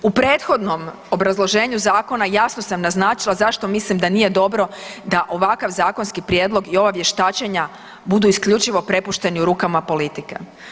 U prethodnom obrazloženju zakona jasno sam naznačila zašto mislim da nije dobro da ovakav zakonski prijedlog i ova vještačenja budu isključivo prepušteni u rukama politike.